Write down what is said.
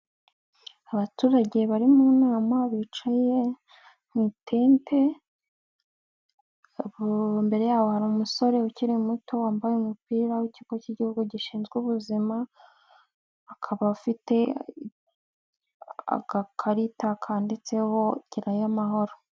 Abaturage bari mu nama bicaye mu itente imbere yabo hari umusore ukiri muto wambaye umupira w'ikigo cy'igihugu gishinzwe ubuzima ,akaba afite agakarita kanditseho gerayo amahoro.